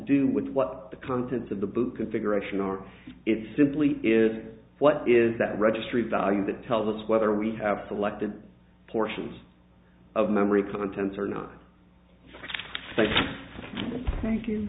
do with what the contents of the boot configuration are it simply is what is that registry value that tells us whether we have selected portions of memory contents or not thank